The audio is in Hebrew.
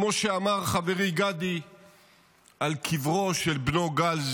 כמו שאמר חברי גדי על קברו של בנו גל,